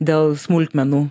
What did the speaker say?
dėl smulkmenų